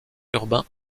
urbains